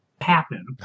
Happen